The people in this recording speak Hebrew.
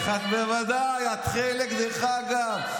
בוודאי, את חלק, דרך אגב,